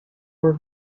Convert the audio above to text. were